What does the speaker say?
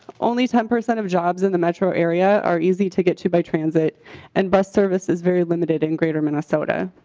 only ten percent of jobs in the metro area are eas y to get to buy transit and bus services very limited in greater minnesota